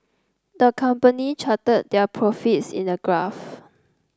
the company charted their profits in the graph